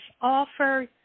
offer